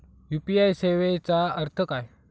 UPI सेवेचा अर्थ काय?